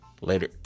later